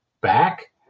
back